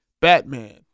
Batman